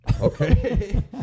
Okay